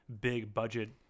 big-budget